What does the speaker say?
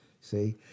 see